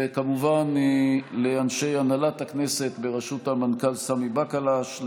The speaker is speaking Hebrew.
וכמובן לאנשי הנהלת הכנסת בראשות המנכ"ל סמי בקלש,